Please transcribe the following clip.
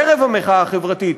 ערב המחאה החברתית,